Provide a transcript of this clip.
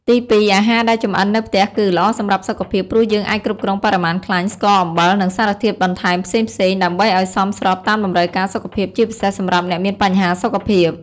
ទីពីរ អាហារដែលចម្អិននៅផ្ទះគឺ ល្អសម្រាប់សុខភាព ព្រោះយើងអាចគ្រប់គ្រងបរិមាណខ្លាញ់ ស្ករ អំបិល និងសារធាតុបន្ថែមផ្សេងៗ ដើម្បីឱ្យសមស្របតាមតម្រូវការសុខភាព ជាពិសេសសម្រាប់អ្នកមានបញ្ហាសុខភាព។